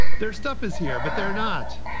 their stuff is here, but they're not.